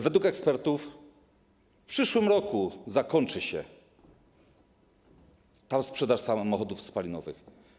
Według ekspertów w przyszłym roku zakończy się tam sprzedaż samochodów spalinowych.